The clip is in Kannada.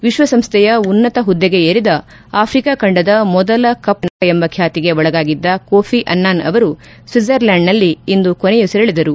ವಿಶ್ವಸಂಸ್ಟೆಯ ಉನ್ನತ ಹುದ್ದೆಗೆ ಏರಿದ ಆಫ್ರಿಕಾ ಖಂಡದ ಮೊದಲ ಕಪ್ಪು ವರ್ಣೀಯ ನಾಯಕ ಎಂಬ ಖ್ಯಾತಿಗೆ ಒಳಗಾಗಿದ್ದ ಕೋಫಿ ಅನ್ನಾನ್ ಅವರು ಸ್ತಿಜರ್ಲೆಂಡ್ನಲ್ಲಿ ಇಂದು ಕೊನೆಯುಸಿರೆಳೆದರು